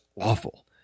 awful